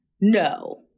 No